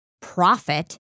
profit